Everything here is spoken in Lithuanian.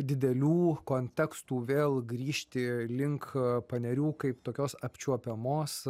didelių kontekstų vėl grįžti link panerių kaip tokios apčiuopiamos